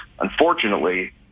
Unfortunately